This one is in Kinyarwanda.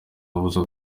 abuza